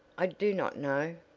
i do not know.